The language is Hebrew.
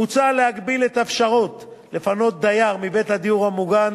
מוצע להגביל את האפשרות לפנות דייר מבית הדיור המוגן